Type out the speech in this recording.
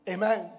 Amen